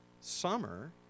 summer